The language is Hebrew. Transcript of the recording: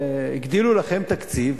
הגדילו לכם תקציב,